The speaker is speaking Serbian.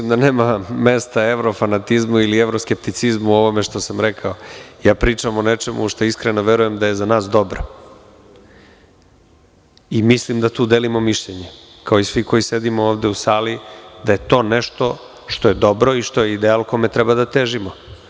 Mislim da nema mesta evrofanatizmu ili evroskepticizmu ovome što sam rekao, pričam o nečemu u šta verujem da je za nas dobro, mislim da tu delimo mišljenje kao i svi koji ovde sede u sali da je to nešto što je dobro i što je ideal kome treba da težimo.